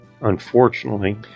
Unfortunately